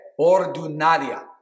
ordinaria